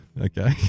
Okay